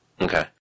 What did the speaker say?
Okay